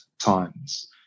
times